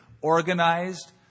organized